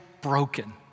broken